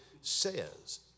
says